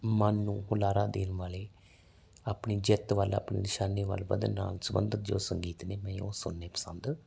ਮਨ ਨੂੰ ਹੁਲਾਰਾ ਦੇਣ ਵਾਲੇ ਆਪਣੀ ਜਿੱਤ ਵੱਲ ਆਪਣੀ ਨਿਸ਼ਾਨੀ ਵੱਲ ਵਧਣ ਨਾਲ ਸੰਬੰਧਿਤ ਜੋ ਸੰਗੀਤ ਨੇ ਮੈਂ ਉਹ ਸੁਣਨੇ ਪਸੰਦ